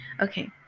Okay